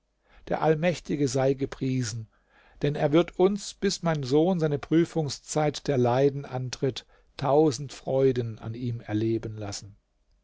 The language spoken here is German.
der allmächtige sei gepriesen denn er wird uns bis mein sohn seine prüfungszeit der leiden antritt tausend freuden an ihm erleben lassen